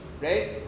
right